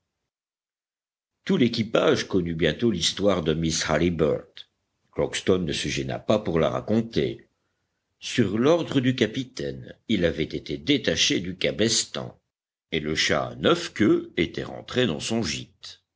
tout l'équipage connut bientôt l'histoire de miss halliburtt crockston ne se gêna pas pour la raconter sur l'ordre du capitaine il avait été détaché du cabestan et le chat à neuf queues était rentré dans son gîte